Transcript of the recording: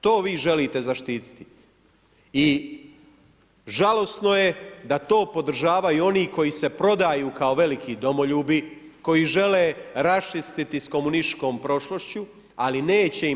To vi želite zaštititi i žalosno je da to podržavaju oni koji se prodaju kao veliki domoljubi, koji žele raščistiti s komunističkom prošlošću, ali neće im.